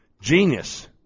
genius